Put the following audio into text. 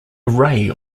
array